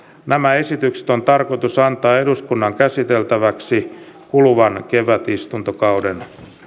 nämä esitykset on tarkoitus antaa eduskunnan käsiteltäväksi kuluvan kevätistuntokauden